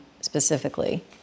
specifically